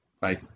Bye